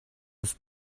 his